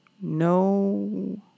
no